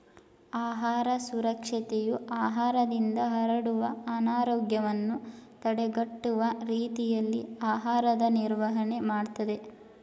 ಆಹಾರ ಸುರಕ್ಷತೆಯು ಆಹಾರದಿಂದ ಹರಡುವ ಅನಾರೋಗ್ಯವನ್ನು ತಡೆಗಟ್ಟುವ ರೀತಿಯಲ್ಲಿ ಆಹಾರದ ನಿರ್ವಹಣೆ ಮಾಡ್ತದೆ